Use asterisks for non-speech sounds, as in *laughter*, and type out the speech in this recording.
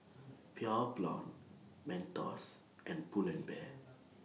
*noise* Pure Blonde Mentos and Pull and Bear